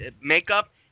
makeup